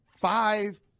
five